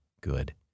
good